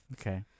Okay